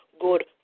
good